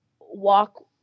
walk